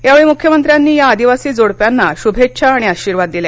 यावेळी मुख्यमंत्र्यांनी या आदिवासी जोडप्यांना शुभेच्छा आणि आशीर्वाद दिले